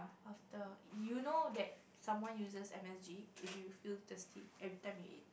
after you know that someone uses M_S_G if you feel thirsty every time you eat